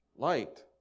light